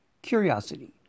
Curiosity